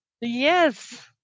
Yes